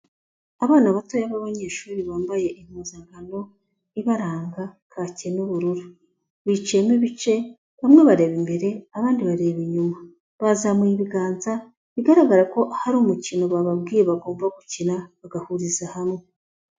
Abana batoya b'abanyeshuri bambaye impuzankano ibaranga, kake n'ubururu, biciyemo ibice bamwe bareba imbere abandi bareba inyuma, bazamuye ibiganza bigaragara ko hari umukino bababwiye bagomba gukina bagahuriza hamwe.